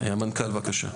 המנכ"ל, בבקשה.